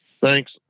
Thanks